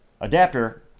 adapter